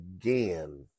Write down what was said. again